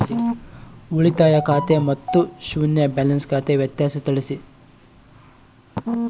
ಉಳಿತಾಯ ಖಾತೆ ಮತ್ತೆ ಶೂನ್ಯ ಬ್ಯಾಲೆನ್ಸ್ ಖಾತೆ ವ್ಯತ್ಯಾಸ ತಿಳಿಸಿ?